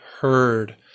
heard